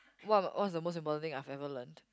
what what's the most important thing I ever learned